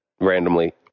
randomly